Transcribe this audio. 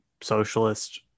socialist